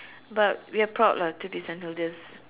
but we are proud lah to be Saint Hilda's